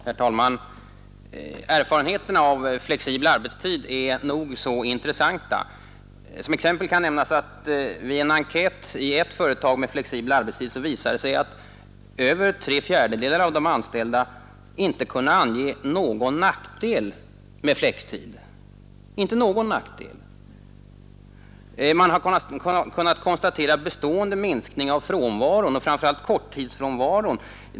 Herr talman! Erfarenheterna av flexibel arbetstid är nog så intressan ta. Som exempel kan nämnas att vid en enkät i ett företag med flexibel arbetstid visade det sig att över tre fjärdedelar av de anställda inte kunde ange någon nackdel med flextid. Man har kunnat konstatera bestående minskningar i frånvaron, framför allt korttidsfrånvaron.